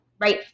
right